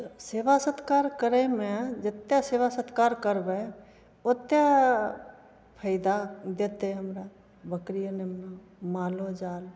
सेवा सत्कार करैमे जतेक सेवा सत्कार करबै ओतेक फायदा देतै हमरा बकरिए नहि मालो जाल